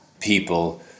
people